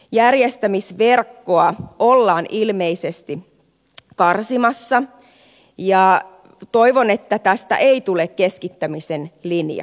järjestämisverkkoa ollaan ilmeisesti karsimassa ja toivon että tästä ei tule keskittämisen linja